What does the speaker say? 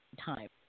time